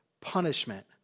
punishment